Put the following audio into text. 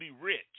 rich